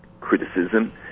criticism